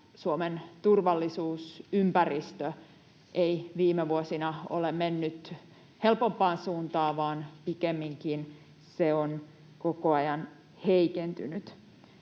Suomen turvallisuusympäristö ei viime vuosina ole mennyt helpompaan suuntaan vaan pikemminkin se on koko ajan heikentynyt.